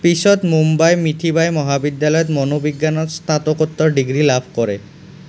পিছত মুম্বাইৰ মিঠীবাই মহাবিদ্যালয়ত মনোবিজ্ঞানত স্নাতকোত্তৰ ডিগ্ৰী লাভ কৰে